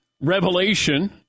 revelation